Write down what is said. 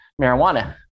marijuana